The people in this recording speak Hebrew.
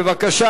בבקשה